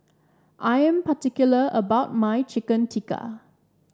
I am particular about my Chicken Tikka